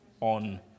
on